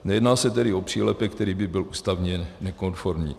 Nejedná se tedy o přílepek, který by byl ústavně nekonformní.